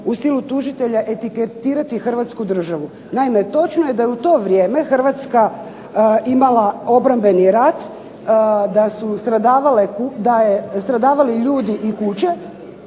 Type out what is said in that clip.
u stilu tužitelja etiketirati hrvatsku državu. Naime točno je da je u to vrijeme Hrvatska imala obrambeni rat, da su stradavale, da je